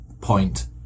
point